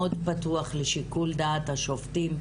מאוד פתוח לשיקול דעת השופטים,